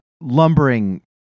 lumbering